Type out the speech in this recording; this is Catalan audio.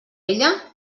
ella